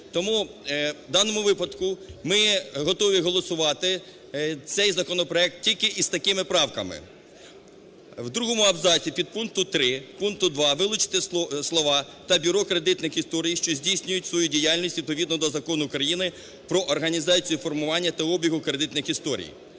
Тому в даному випадку ми готові голосувати цей законопроект тільки із такими правками. У другому абзаці підпункту 3 пункту 2 вилучити слова "та бюро кредитних історій, що здійснюють свою діяльність відповідно до закону України "Про організацію формування на обігу кредитних історій".